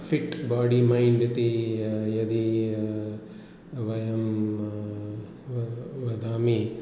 fit body mind इति यदि वयं व वदामि